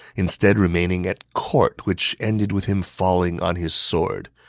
instead remaining at court, which ended with him falling on his sword.